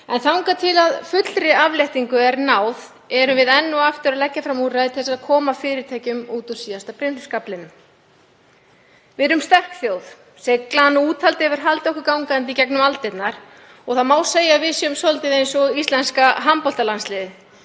en þangað til fullri afléttingu er náð erum við enn og aftur að leggja fram úrræði til að koma fyrirtækjum út úr síðasta brimskaflinum. Við erum sterk þjóð. Seiglan og úthaldið hefur haldið okkur gangandi í gegnum aldirnar og það má segja að við séum svolítið eins og íslenska handboltalandsliðið,